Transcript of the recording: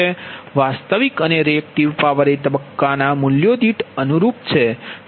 વાસ્તવિક અને reactive power એ તબક્કાના મૂલ્યો દીઠ અનુરૂપ છે